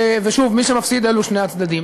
ושוב, מי שמפסידים אלה שני הצדדים.